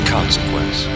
Consequence